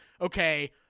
okay